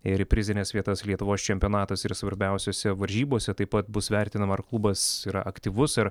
ir prizines vietas lietuvos čempionatuose ir svarbiausiose varžybose taip pat bus vertinama ar klubas yra aktyvus ir